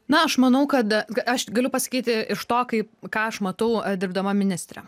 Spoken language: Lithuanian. na aš manau kad aš galiu pasakyti iš to kaip ką aš matau dirbdama ministre